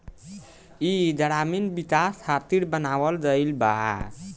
ई ग्रामीण विकाश खातिर बनावल गईल बा